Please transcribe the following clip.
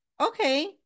okay